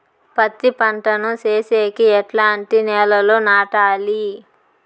పత్తి పంట ను సేసేకి ఎట్లాంటి నేలలో నాటాలి?